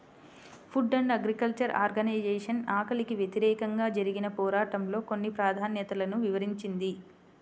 food and Agriculture Organization ఆకలికి వ్యతిరేకంగా జరిగిన పోరాటంలో కొన్ని ప్రాధాన్యతలను వివరించింది